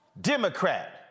Democrat